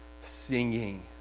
singing